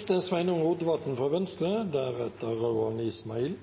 saka reiser to spørsmål. Det eine er